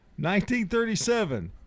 1937